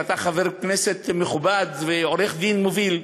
ואתה חבר כנסת מכובד ועורך-דין מוביל.